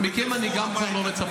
אין לך שום זכות לצפות.